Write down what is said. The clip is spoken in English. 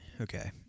okay